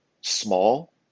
small